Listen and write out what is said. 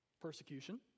persecution